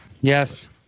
Yes